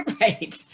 Right